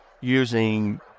using